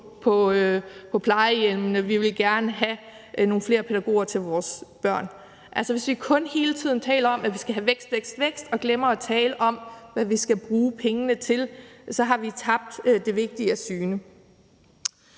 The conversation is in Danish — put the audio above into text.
på plejehjemmene, og at vi gerne vil have nogle flere pædagoger til vores børn? Hvis vi hele tiden kun taler om, at vi skal have vækst og vækst, og glemmer at tale om, hvad vi skal bruge pengene til, så har vi tabt det vigtige af syne.